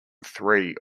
three